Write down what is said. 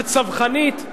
הצווחנית,